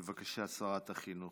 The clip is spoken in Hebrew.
בבקשה, שרת החינוך.